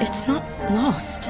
it's not lost.